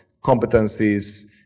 competencies